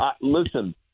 Listen